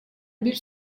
bir